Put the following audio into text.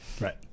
Right